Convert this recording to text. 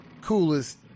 coolest